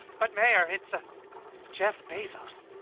but mayor, it's ah jeff bezos.